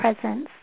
presence